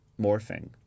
morphing